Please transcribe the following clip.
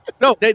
No